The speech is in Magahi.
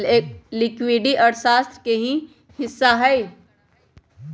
लिक्विडिटी अर्थशास्त्र के ही हिस्सा हई